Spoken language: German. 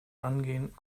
angehen